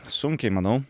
sunkiai manau